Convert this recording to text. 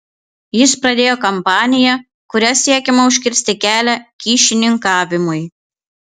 jis pradėjo kampaniją kuria siekiama užkirsti kelią kyšininkavimui